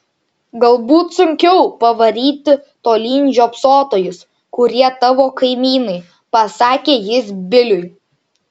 galbūt sunkiau pavaryti tolyn žiopsotojus kurie tavo kaimynai pasakė jis biliui